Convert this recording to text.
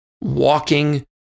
walking